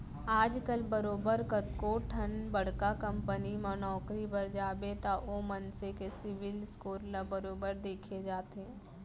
आजकल बरोबर कतको ठन बड़का कंपनी म नौकरी बर जाबे त ओ मनसे के सिविल स्कोर ल बरोबर देखे जाथे